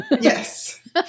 Yes